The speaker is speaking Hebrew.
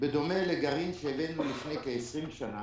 בדומה לגרעין שהבאנו לפני כ-20 שנה.